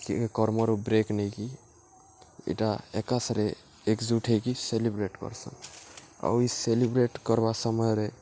କି କର୍ମରୁ ବ୍ରେକ୍ ନେଇକି ଇଟା ଏକାସାରେ ଏକ୍ଜୁଟ୍ ହେଇକି ସେଲିବ୍ରେଟ୍ କର୍ସନ୍ ଆଉ ଇ ସେଲିବ୍ରେଟ୍ କର୍ବା ସମୟରେ